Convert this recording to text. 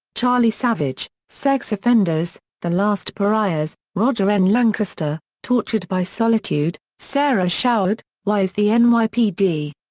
charlie savage sex offenders the last pariahs, roger n. lancaster tortured by solitude, sarah shourd why is the n y p d.